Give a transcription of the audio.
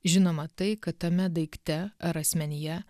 žinoma tai kad tame daikte ar asmenyje